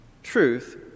Truth